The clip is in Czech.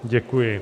Děkuji.